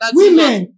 women